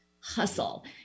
hustle